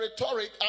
rhetoric